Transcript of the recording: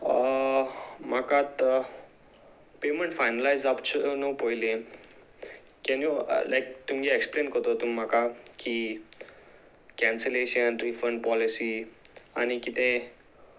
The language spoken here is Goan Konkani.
म्हाका आतां पेमेंट फायनलायज जावपचो न्हू पयलीं कॅन यू लायक तुमगे एक्सप्लेन करतले तुम म्हाका की कॅन्सलेशन रिफंड पॉलिसी आनी कितें